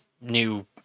new